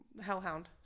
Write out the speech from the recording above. Hellhound